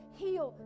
heal